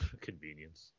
Convenience